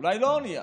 אולי לא אונייה,